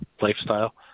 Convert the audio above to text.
lifestyle